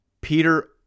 Peter